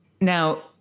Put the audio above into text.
Now